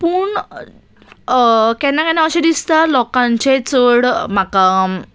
पूण केन्ना केन्ना अशें दिसता लोकांचे चड म्हाका